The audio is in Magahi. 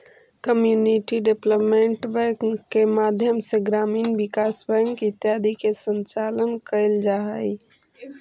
कम्युनिटी डेवलपमेंट बैंक के माध्यम से ग्रामीण विकास बैंक इत्यादि के संचालन कैल जा हइ